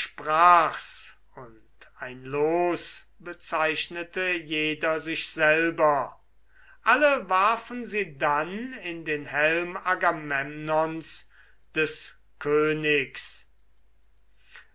sprach's und ein los bezeichnete jeder sich selber alle warfen sie dann in den helm agamemnons des königs